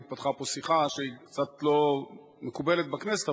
התפתחה פה שיחה שהיא קצת לא מקובלת בכנסת,